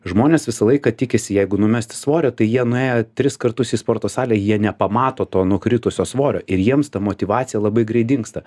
žmonės visą laiką tikisi jeigu numesti svorio tai jie nuėję tris kartus į sporto salę jie nepamato to nukritusio svorio ir jiems ta motyvacija labai greit dingsta